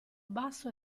basso